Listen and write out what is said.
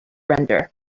render